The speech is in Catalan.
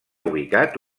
ubicat